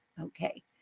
Okay